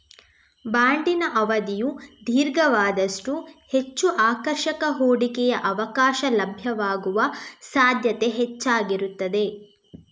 ಬಾಂಡಿನ ಅವಧಿಯು ದೀರ್ಘವಾದಷ್ಟೂ ಹೆಚ್ಚು ಆಕರ್ಷಕ ಹೂಡಿಕೆಯ ಅವಕಾಶ ಲಭ್ಯವಾಗುವ ಸಾಧ್ಯತೆ ಹೆಚ್ಚಾಗಿರುತ್ತದೆ